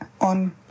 on